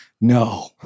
No